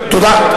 תודה.